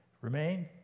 Remain